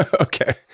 Okay